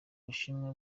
ubushinwa